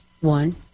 one